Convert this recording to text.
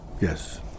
Yes